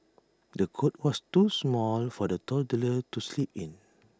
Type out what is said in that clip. the cot was too small for the toddler to sleep in